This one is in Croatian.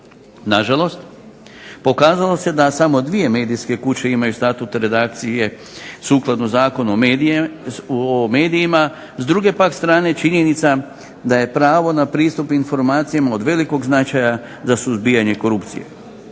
Nažalost, pokazalo se da samo dvije medijske kuće imaju statut redakcije sukladno zakonu o medijima. S druge pak strane činjenica je da je pravo na pristup informacijama od velikog značaja za suzbijanje korupcije.